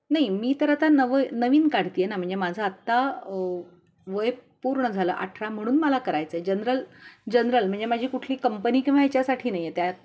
नाही मी तर आता नवं नवीन काढते आहे ना म्हणजे माझं आत्ता वय पूर्ण झालं अठरा म्हणून मला करायचं आहे जनरल जनरल म्हणजे माझी कुठली कंपनी किंवा याच्यासाठी नाही आहे त्या